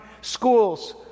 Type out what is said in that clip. schools